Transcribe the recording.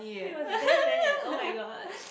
he was damn bad oh-my-god